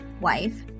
wife